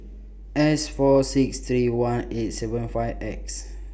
S four six three one eight seven five X